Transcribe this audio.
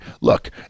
look